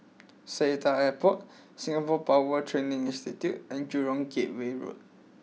Seletar Airport Singapore Power Training Institute and Jurong Gateway Road